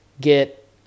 get